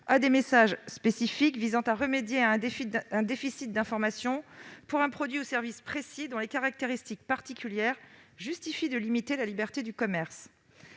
à des messages spécifiques visant à remédier à un déficit d'information pour un produit ou service précis, dont les caractéristiques particulières justifient de limiter la liberté du commerce.